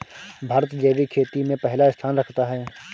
भारत जैविक खेती में पहला स्थान रखता है